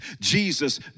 Jesus